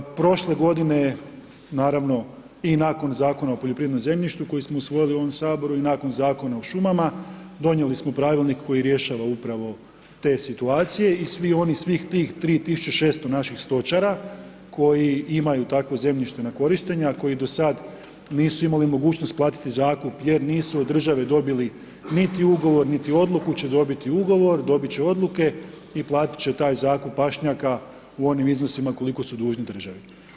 Prošle godine naravnu i nakon Zakona o poljoprivrednom zemljištu koji smo usvojili u ovom Saboru i nakon Zakona o šumama, donijeli smo pravilnik koji rješava upravo te situacije i svi oni, svih tih 3,600 naših stočara koji imaju takvo zemljište na korištenje, a koji do sad nisu imali mogućnost platiti zakup jer nisu od države dobili niti ugovor, niti odluku će dobiti ugovor, dobit će odluke i platiti će taj zakup pašnjaka u onim iznosima koliko su dužni državi.